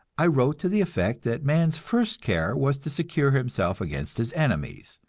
i wrote to the effect that man's first care was to secure himself against his enemies,